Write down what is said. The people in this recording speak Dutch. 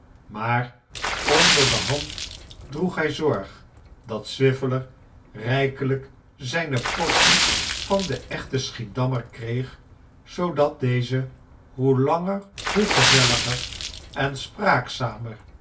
maar onder de hand droeg hij zorg dat swiveller rijkelijk zijne portie van den echten schiedammer kreeg zoodat deze hoe langer hoe gezelliger en spraakzamer